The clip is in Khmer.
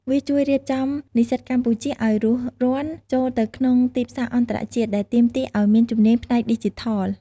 វាជួយរៀបចំនិស្សិតកម្ពុជាឱ្យរួសរាន់ចូលទៅក្នុងទីផ្សារអន្តរជាតិ ដែលទាមទារឱ្យមានជំនាញផ្នែកឌីជីថល។